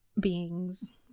beings